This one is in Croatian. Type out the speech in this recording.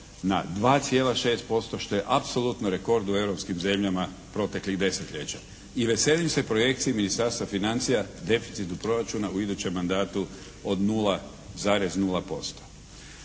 na 2,6% što je apsolutno rekord u europskim zemljama proteklih desetljeća. I veselim se projekciji Ministarstva financija, deficitu proračuna u idućem mandatu od 0,0%.